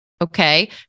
okay